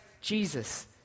Jesus